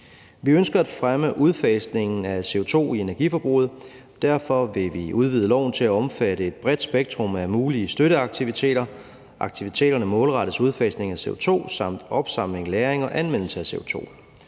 Vi ønsker at fremme udfasningen af CO2 i energiforbruget, og derfor vil vi udvide loven til at omfatte et bredt spektrum af mulige støtteaktiviteter. Aktiviteterne målrettes udfasning af CO2 samt opsamling, lagring og anvendelse af CO2.